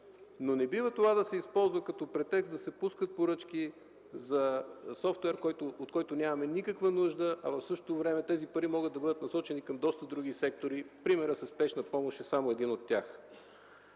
Но не бива това да се използва като претекст да се пускат поръчки за софтуер, от който нямаме никаква нужда, а в същото време тези пари могат да бъдат насочени към доста други сектори. Примерът със „Спешна помощ” е само един от тях.